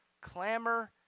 clamor